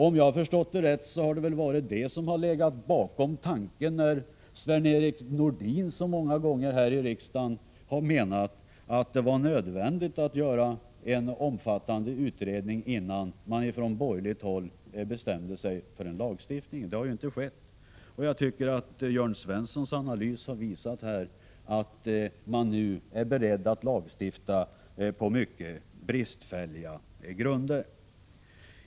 Om jag har förstått saken rätt är det detta som har legat bakom när Sven-Erik Nordin så många gånger här i riksdagen har menat att det var nödvändigt att göra en omfattande utredning, innan man från borgerligt håll bestämde sig för en lagstiftning. Detta har ju inte skett, och jag tycker att Jörn Svenssons analys har visat att man nu är beredd att lagstifta på mycket bristfälliga grunder.